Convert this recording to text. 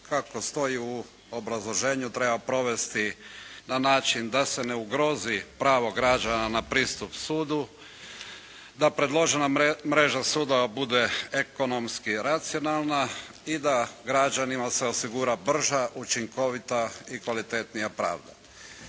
kako stoji u obrazloženju treba provesti na način da se ne ugrozi pravo građana na pristup sudu, da predložena mreža sudova bude ekonomski racionalna i da građanima se osigura brža učinkovita i kvalitetnija pravda.